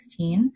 2016